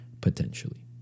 potentially